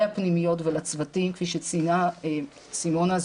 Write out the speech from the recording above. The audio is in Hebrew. הפנימיות ולצוותים כפי שציינה סימונה,